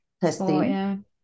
testing